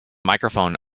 microphone